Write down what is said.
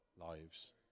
lives